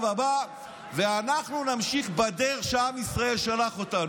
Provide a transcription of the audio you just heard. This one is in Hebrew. הבא ואנחנו נמשיך בדרך שעם ישראל שלח אותנו.